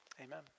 amen